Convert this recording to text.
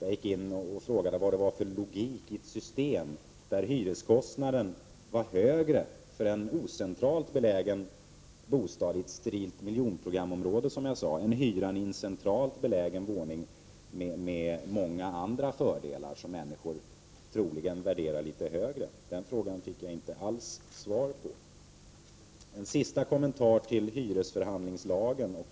Jag frågade vad det var för logik i ett system där hyreskostnaden var högre för en ocentralt belägen bostad i ett sterilt miljonprogramområde än hyreskostnaden för en centralt belägen våning med många andra fördelar som människor troligen värderar litet högre. Den frågan fick jag alltså inte något svar på alls. En sista kommentar till hyresförhandlingslagen.